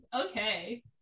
Okay